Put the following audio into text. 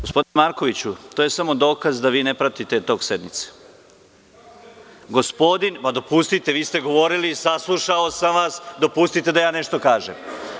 Gospodine Markoviću, to je samo dokaz da vi ne pratite tok sednice. (Jovan Marković, s mesta: Kako ne pratim?) Dopustite, vi ste govorili, saslušao sam vas, dopustite da ja nešto kažem.